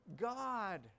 God